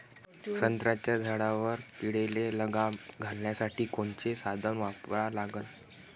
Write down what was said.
संत्र्याच्या झाडावर किडीले लगाम घालासाठी कोनचे साधनं वापरा लागन?